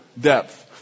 depth